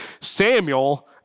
Samuel